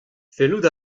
fellout